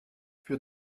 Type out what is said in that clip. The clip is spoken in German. für